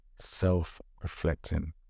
self-reflecting